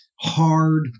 hard